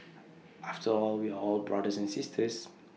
after all we are all brothers and sisters